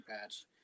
patch